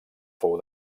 fou